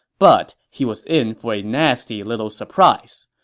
but he was in for a nasty little surprise.